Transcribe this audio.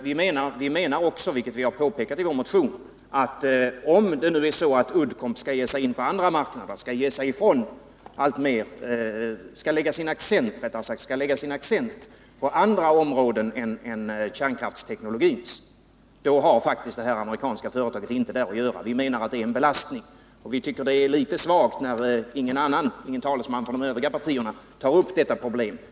Vi menar också, vilket vi har påpekat i vår motion, att om det är så att Uddcomb skall ge sig in på andra marknader, om man skall lägga sin accent på andra områden än kärnkraftsteknologins, så har faktiskt det amerikanska företaget inte där att göra. Vi menar att det är en belastning. Vi tycker att det är litet svagt att ingen talesman för de övriga partierna tar upp detta problem.